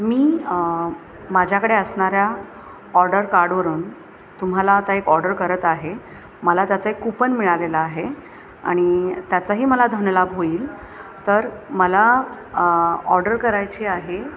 मी माझ्याकडे असणाऱ्या ऑर्डर कार्डवरून तुम्हाला आता एक ऑर्डर करत आहे मला त्याचं एक कूपन मिळालेलं आहे आणि त्याचाही मला धनलाभ होईल तर मला ऑर्डर करायची आहे